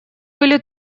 были